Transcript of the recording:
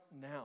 now